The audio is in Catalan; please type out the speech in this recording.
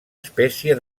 espècie